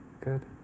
Good